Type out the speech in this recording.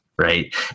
right